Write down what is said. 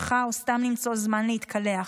משפחה או סתם למצוא זמן להתקלח.